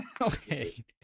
Okay